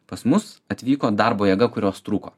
pas mus atvyko darbo jėga kurios trūko